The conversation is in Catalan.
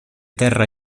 terra